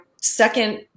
second